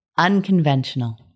unconventional